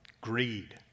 greed